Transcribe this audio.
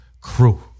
crew